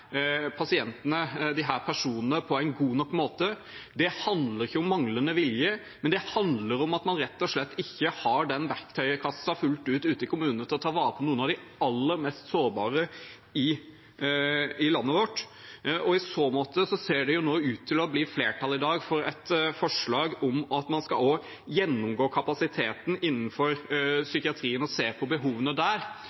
personene på en god nok måte. Det handler ikke om manglende vilje, men det handler om at man rett og slett ikke har den verktøykassa fullt ut ute i kommunene til å ta vare på noen av de aller mest sårbare i landet. I dag ser det ut til å bli flertall for et forslag om at man skal gjennomgå kapasiteten innenfor